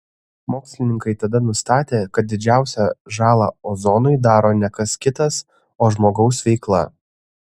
mokslininkai tada nustatė kad didžiausią žalą ozonui daro ne kas kitas o žmogaus veikla